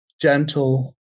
gentle